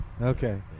Okay